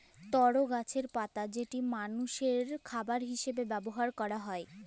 তর গাছের পাতা যেটা মালষের খাবার হিসেবে ব্যবহার ক্যরা হ্যয়